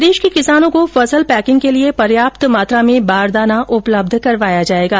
प्रदेश के किसानों को फसल पैकिंग के लिए पर्याप्त मात्रा में बारदाना उपलब्ध करवाया जाएगा